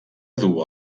duu